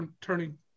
turning